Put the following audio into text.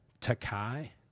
Takai